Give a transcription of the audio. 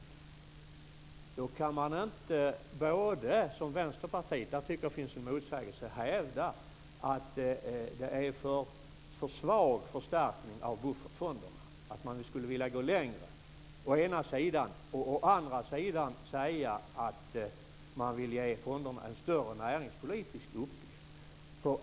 Då kan man inte som Vänsterpartiet - här tycker jag att det finns en motsägelse - å ena sidan hävda att det är en för svag förstärkning av buffertfonderna och att man skulle vilja gå längre, och å andra sidan säga att man vill ge fonderna en större näringspolitisk uppgift.